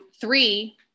three